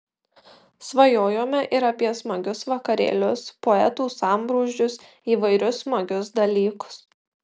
svajojome ir apie smagius vakarėlius poetų sambrūzdžius įvairius smagius dalykus